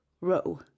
row